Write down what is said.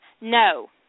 No